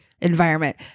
environment